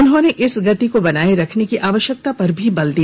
उन्होंने इस गति को बनाए रखने की आवश्यकता पर भी बल दिया